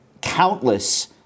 countless